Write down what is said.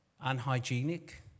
unhygienic